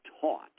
taught